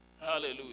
Hallelujah